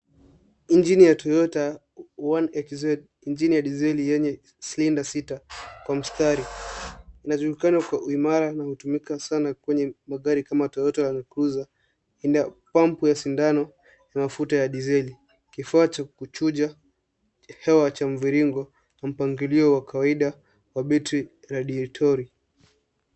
Engine ya Toyota one XZ , engine ya diseli yenye cylinder sita kwa mstari unajulikana kwa uimara na imetumika sana kwenye magari kama Toyota land cruiser . Ina pampu ya sindano na mafuta ya diseli. Kifaa cha kuchuja hewa cha mviringo kwa mpangilio wa kawaida kwa battery radiotory